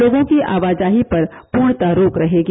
लोगों की आवाजाही पर पूर्णतः रोक रहेगी